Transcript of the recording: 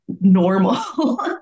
normal